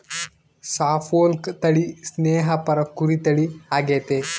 Suffolk ತಳಿ ಸ್ನೇಹಪರ ಕುರಿ ತಳಿ ಆಗೆತೆ